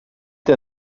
der